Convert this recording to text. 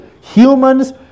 humans